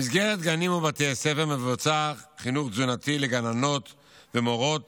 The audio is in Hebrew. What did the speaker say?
במסגרת גנים ובתי ספר מבוצע חינוך תזונתי לגננות ומורות